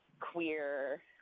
queer